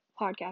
podcast